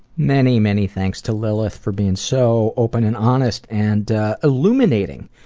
many, many thanks to lillith for being so open and honest and illuminating.